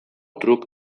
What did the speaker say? truk